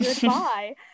Goodbye